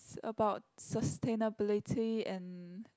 it's about sustainability and